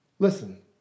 Listen